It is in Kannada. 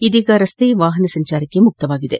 ಇದೀಗ ರಸ್ತೆ ವಾಹನ ಸಂಚಾರಕ್ಕೆ ಮುಕ್ತವಾಗಿದೆ